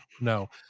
no